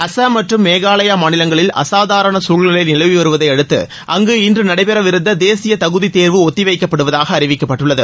அசாம் மற்றும் மேகாலயா மாநிலங்களில் அசாதாரண சூழ்நிலை நிலவிவருவதை அடுத்து அங்கு இன்று நடைபெறவிருந்த தேசிய தகுதி தேர்வு ஒத்தி வைக்கப்படுவதாக அறிவிக்கப்பட்டுள்ளது